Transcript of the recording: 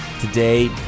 Today